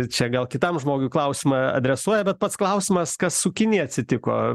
čia gal kitam žmogui klausimą adresuoja bet pats klausimas kas su kinija atsitiko